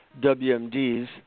WMDs